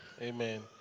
Amen